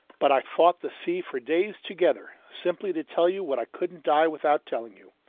but i fought the sea for days together simply to tell you what i couldn't die without telling you.